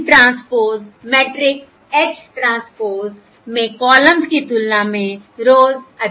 H transpose matrix H transpose में columns की तुलना में रोज़ अधिक होती हैं